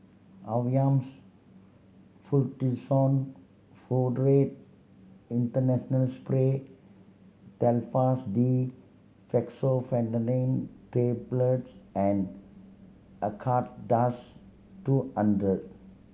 Avamys Fluticasone Furoate International Spray Telfast D Fexofenadine Tablets and Acardust two hundred